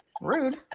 Rude